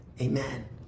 amen